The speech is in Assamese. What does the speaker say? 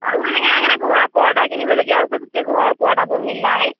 আৰু এনেকে এনেকে ঘৰৰ পৰ্দা কিনিবলগীয়া আছে গোটেই ঘৰৰ পৰ্দাবোৰ মিলাই